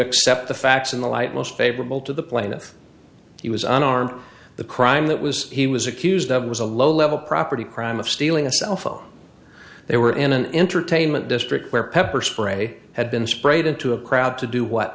accept the facts in the light most favorable to the plaintiff he was unarmed the crime that was he was accused of was a low level property crime of stealing a cell phone they were in an entertainment district where pepper spray had been sprayed into a crowd to do what